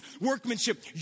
workmanship